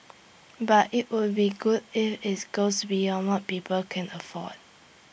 but IT would be good if its goes beyond what people can afford